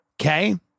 Okay